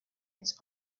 its